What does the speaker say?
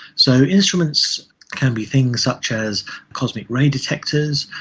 so instruments can be things such as cosmic ray detectors,